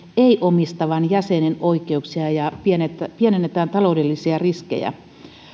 ei omistavan jäsenen oikeuksia ja ja pienennetään pienennetään taloudellisia riskejä